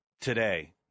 today